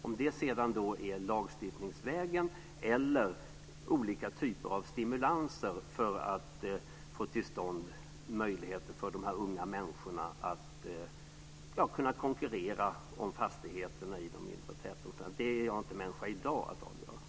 Om man sedan ska göra något lagstiftningsvägen eller om man ska ha olika typer av stimulanser för att få till stånd möjligheter för de här unga människorna att konkurrera om fastigheterna i de mindre tätorterna är jag inte människa i dag att avgöra.